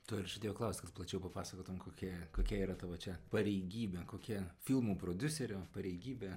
to ir žadėjau klaust kad plačiau papasakotum kokia kokia yra tavo čia pareigybė kokia filmų prodiuserio pareigybė